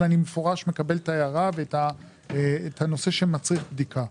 אבל אני במפורש מקבל את ההערה ואת הנושא שמצריך בדיקה.